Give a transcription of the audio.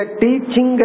teaching